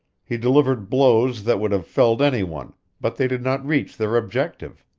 he delivered blows that would have felled any one but they did not reach their objective.